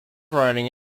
writing